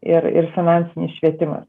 ir ir finansinis švietimas